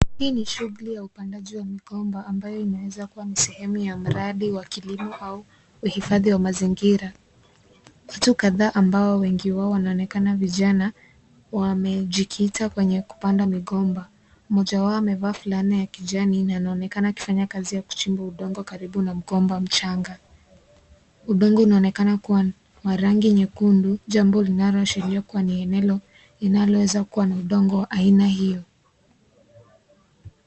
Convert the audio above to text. Hii ni shughuli ya upandaji wa migomba ambayo inaweza kuwa ni sehemu ya mradi wa kilimo au uhifadhi wa mazingira. Watu kadhaa ambao wengi wao wanaonekana vijana, wamejikita kwenye kupanda migomba. Mmoja wao amevaa fulana ya kijani na anaonekana akifanya kazi ya kuchimba udongo karibu na mgomba mchanga. Udongo unaonekana kuwa wa rangi nyekundu. Jambo linaloashiria kuwa ni eneo linaloweza kuwa na udongo wa aina hiyo.